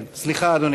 סליחה, אדוני.